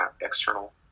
external